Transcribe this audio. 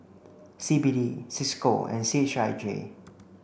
C B D Cisco and C H I J